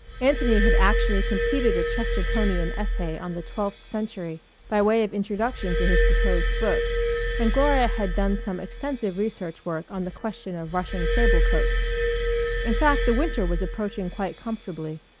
anthony had actually completed a chestertonian essay on the twelfth century by way of introduction to his proposed book and gloria had done some extensive research work on the question of russian sable coats in fact the winter was approaching quite comfortably,